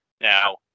Now